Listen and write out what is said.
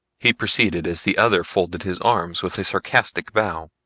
he proceeded as the other folded his arms with a sarcastic bow.